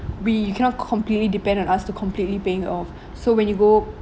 we you cannot completely depend on us to completely paying it off so when you go